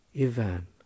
ivan